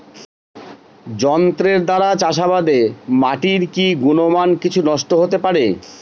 যন্ত্রের দ্বারা চাষাবাদে মাটির কি গুণমান কিছু নষ্ট হতে পারে?